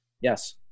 Yes